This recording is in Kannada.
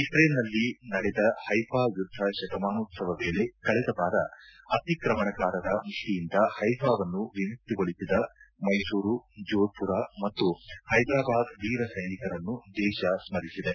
ಇತ್ರೇಲ್ನಲ್ಲಿ ನಡೆದ ಹೈಫಾ ಯುದ್ದ ಶತಮಾನೋತ್ಸವದ ವೇಳೆ ಕಳೆದ ವಾರ ಅತಿಕ್ರಮಣಕಾರರ ಮುಷ್ಠಿಯಿಂದ ಹೈಫಾವನ್ನು ವಿಮುಕ್ತಿಗೊಳಿಸಿದ ಮೈಸೂರು ಜೋದ್ಮರ ಮತ್ತು ಪೈದರಾಬಾದ್ ವೀರ ಸೈನಿಕರನ್ನು ದೇಶ ಸ್ಮರಿಸಿದೆ